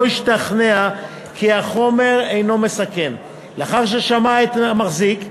השתכנע כי החומר אינו מסכן לאחר ששמע את המחזיק,